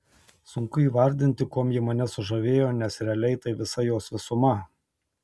sunku įvardinti kuom ji mane sužavėjo nes realiai tai visa jos visuma